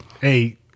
Hey